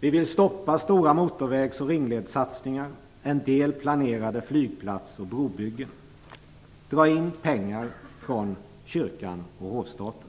Vi vill stoppa stora motorvägs och ringsledssatsningar, en del planerade flygplats och brobyggen och dra in pengar från kyrkan och hovstaten.